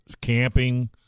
Camping